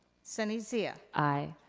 sunny zia. aye.